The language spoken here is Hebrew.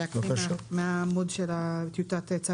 מקריאה מהעמוד של "טיוטת צו